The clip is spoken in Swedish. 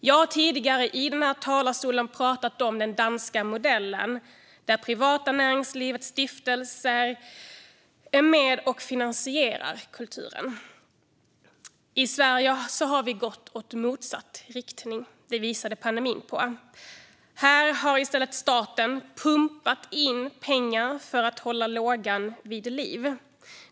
Jag har tidigare i den här talarstolen talat om den danska modellen där privata näringslivet och stiftelser är med och finansierar kulturen. I Sverige har vi gått i motsatt riktning. Det visade pandemin. Här har i stället staten pumpat in pengar för att hålla lågan vid liv.